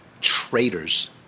Traitors